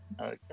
Okay